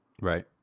Right